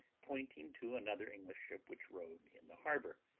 pointing to another english ship which rode in the harbour,